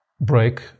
break